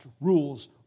rules